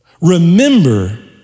Remember